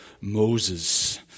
Moses